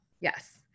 Yes